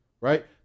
right